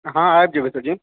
हँ आबि जेबै सरजी